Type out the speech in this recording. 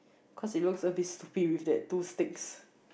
cause it looks a bit stupid with that two sticks